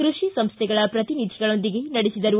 ಕೃಷಿ ಸಂಸ್ಥೆಗಳ ಪ್ರತಿನಿಧಿಗಳೊಂದಿಗೆ ನಡೆಸಿದರು